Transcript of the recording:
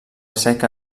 seca